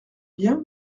bien